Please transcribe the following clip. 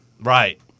Right